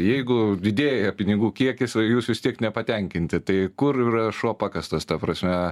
jeigu didėja pinigų kiekis o jūs vis tiek nepatenkinti tai kur yra šuo pakastas ta prasme